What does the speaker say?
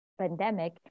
pandemic